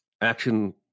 action